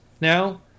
now